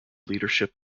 leadership